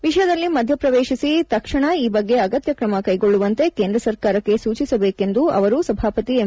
ವಿಷಯದಲ್ಲಿ ಮಧ್ಯ ಪ್ರವೇಶಿಸಿ ತಕ್ಷಣ ಈ ಬಗ್ಗೆ ಅಗತ್ಯ ಕ್ರಮ ಕೈಗೊಳ್ಳುವಂತೆ ಕೇಂದ್ರ ಸರ್ಕಾರಕ್ಕೆ ಸೂಚಿಸಬೇಕೆಂದು ಅವರು ಸಭಾಪತಿ ಎಂ